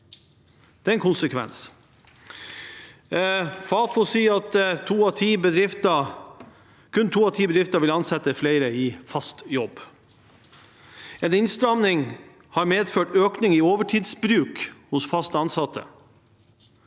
Det er én konsekvens. Fafo sier at kun to av ti bedrifter vil ansette flere i fast jobb. En innstramming har medført en økning i overtidsbruk hos fast ansatte,